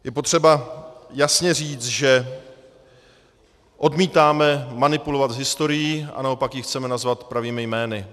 Je potřeba jasně říct, že odmítáme manipulovat s historií a naopak ji chceme nazvat pravými jmény.